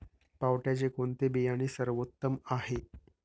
पावट्याचे कोणते बियाणे सर्वोत्तम आहे?